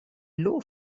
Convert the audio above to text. low